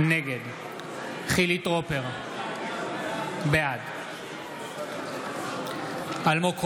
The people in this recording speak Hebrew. נגד חילי טרופר, בעד אלמוג כהן,